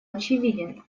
очевиден